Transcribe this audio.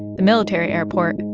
the military airport,